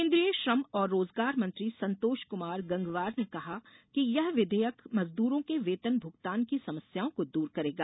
केंद्रीय श्रम और रोजगार मंत्री संतोष कुमार गंगवार ने कहा कि यह विधेयक मजदूरों के वेतन भुगतान की समस्याओं को दूर करेगा